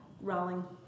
rowling